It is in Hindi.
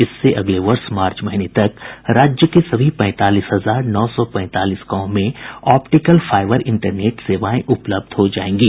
इससे अगले वर्ष मार्च महीने तक राज्य के सभी पैंतालीस हजार नौ सौ पैंतालीस गांवों में ऑप्टिकल फाइबर इंटरनेट सेवाएं उपलब्ध हो जाएंगी